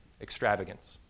extravagance